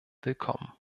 willkommen